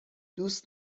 دوست